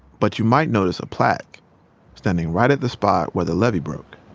but you might notice a plaque standing right at the spot where the levee broke